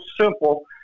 simple